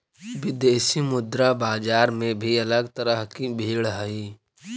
विदेशी मुद्रा बाजार में भी अलग तरह की भीड़ हई